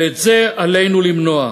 ואת זה עלינו למנוע.